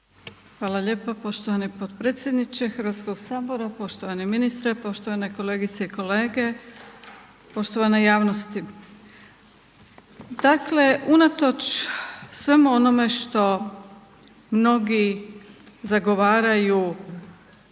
Hvala lijepo poštovani potpredsjedniče HS-a, poštovani ministre poštovane kolegice i kolege, poštovana javnosti. Dakle, unatoč svemu onome što mnogi zagovaraju